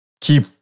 keep